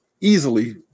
easily